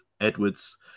Edwards